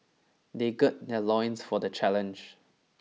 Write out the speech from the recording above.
they gird their loins for the challenge